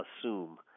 assume